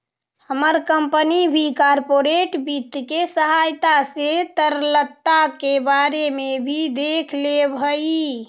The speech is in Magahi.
हमर कंपनी भी कॉर्पोरेट वित्त के सहायता से तरलता के बारे में भी देख लेब हई